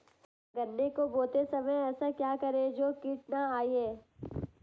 गन्ने को बोते समय ऐसा क्या करें जो कीट न आयें?